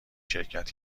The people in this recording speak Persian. شرکت